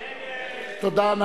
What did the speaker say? תודה.